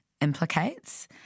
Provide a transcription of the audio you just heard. implicates